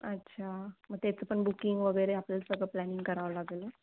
अच्छा मग त्याचं पण बुकिंग वगैरे आपल्याला सगळं प्लॅनिंग करावं लागेल ना